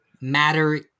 matter